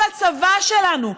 כל הצבא שלנו,